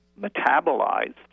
metabolized